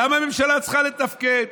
למה הממשלה צריכה לתפקד?